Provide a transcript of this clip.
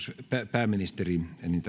pääministeri enintään